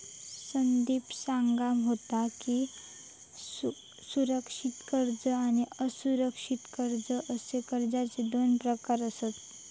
संदीप सांगा होतो की, सुरक्षित कर्ज आणि असुरक्षित कर्ज अशे कर्जाचे दोन प्रकार आसत